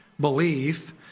belief